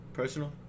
Personal